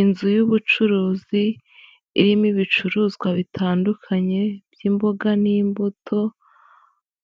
Inzu y'ubucuruzi irimo ibicuruzwa bitandukanye by'imboga n'imbuto,